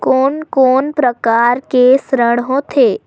कोन कोन प्रकार के ऋण होथे?